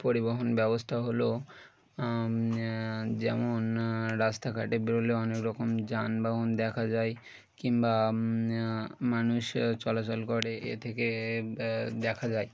পরিবহন ব্যবস্থা হলো যেমন রাস্তাঘাটে বেরোলে অনেক রকম যানবাহন দেখা যায় কিংবা মানুষ চলাচল করে এ থেকে দেখা যায়